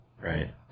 Right